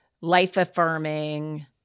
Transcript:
life-affirming